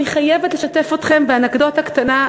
אני חייבת לשתף אתכם באנקדוטה קטנה,